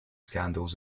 scandals